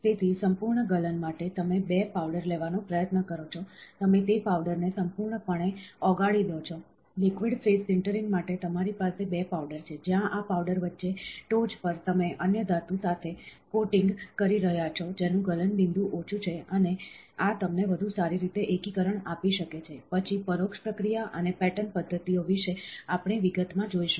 તેથી સંપૂર્ણ ગલન માટે તમે 2 પાવડર લેવાનો પ્રયત્ન કરો છો તમે તે પાવડરને સંપૂર્ણપણે ઓગાળી દો લિક્વિડ ફેઝ સિન્ટરિંગ માટે તમારી પાસે 2 પાવડર છે જ્યાં આ પાવડર વચ્ચે ટોચ પર તમે અન્ય ધાતુ સાથે કોટિંગ કરી રહ્યા છો જેનું ગલનબિંદુ ઓછું છે અને આ તમને વધુ સારી રીતે એકીકરણ આપી શકે છે પછી પરોક્ષ પ્રક્રિયા અને પેટર્ન પદ્ધતિઓ વિશે આપણે વિગતમાં જોઈશું